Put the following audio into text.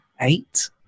Eight